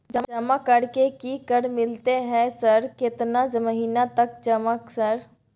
जमा कर के की कर मिलते है सर केतना महीना तक जमा सर?